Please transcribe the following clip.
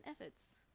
efforts